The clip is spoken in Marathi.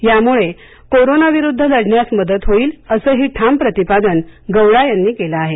यामुळे कोरोनाविरुद्ध लढण्यास मदत होईल असंही ठाम प्रतिपादन गौडा यांनी केलं आहे